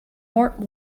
mort